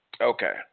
okay